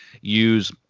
use